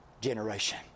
generation